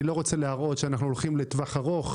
אני לא רוצה להראות שאנחנו הולכים לטווח ארוך,